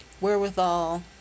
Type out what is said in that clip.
wherewithal